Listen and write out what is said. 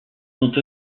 sont